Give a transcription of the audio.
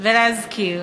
ולהזכיר